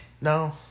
No